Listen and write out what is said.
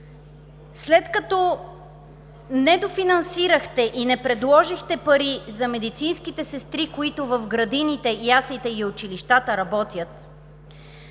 след като недофинансирахте и не предложихте пари за медицинските сестри, които работят в градините, яслите и училищата поне,